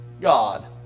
God